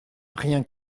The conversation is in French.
rien